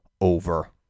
over